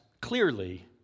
clearly